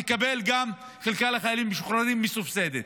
תקבל גם חלקה לחיילים משוחררים מסובסדת.